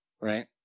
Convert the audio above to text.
right